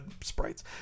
sprites